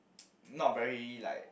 not very like